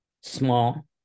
small